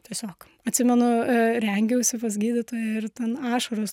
tiesiog atsimenu rengiausi pas gydytoją ir ten ašaros